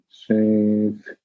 save